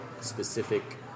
specific